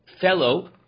fellow